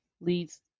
leads